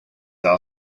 are